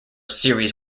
series